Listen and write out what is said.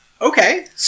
Okay